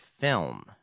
film